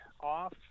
off